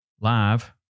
live